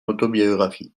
autobiographie